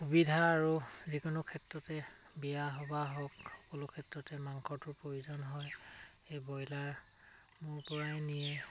সুবিধা আৰু যিকোনো ক্ষেত্ৰতে বিয়া সবাহ হওক সকলো ক্ষেত্ৰতে মাংসটোৰ প্ৰয়োজন হয় সেই ব্ৰইলাৰ মোৰ পৰাই নিয়ে